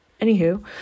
Anywho